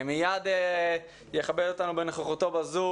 מייד יכבד אותנו בנוכחותו בזום,